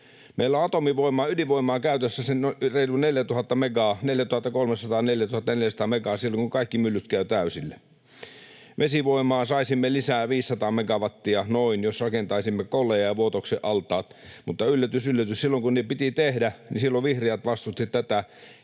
Meillä on atomivoimaa, ydinvoimaa, käytössä sen reilu 4 000 megaa, 4 300—4 400 megaa, silloin kun kaikki myllyt käyvät täysillä. Vesivoimaa saisimme lisää noin 500 megawattia, jos rakentaisimme Kollajan ja Vuotoksen altaat, mutta — yllätys yllätys — silloin kun ne piti tehdä, vihreät vastustivat tätä